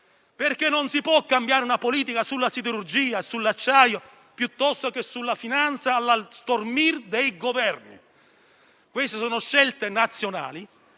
perché non si può cambiare una politica sulla siderurgia, sull'acciaio o sulla finanza allo stormir dei Governi. Queste sono scelte nazionali